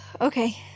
Okay